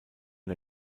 der